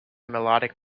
melodic